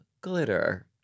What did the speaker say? glitter